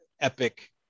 epic